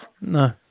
No